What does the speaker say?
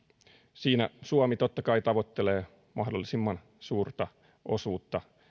siinä suomi totta kai tavoittelee mahdollisimman suurta osuutta